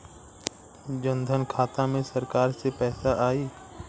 जनधन खाता मे सरकार से पैसा आई?